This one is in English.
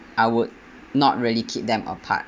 I would not really keep them apart